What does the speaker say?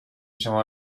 شما